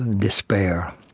despair.